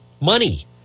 money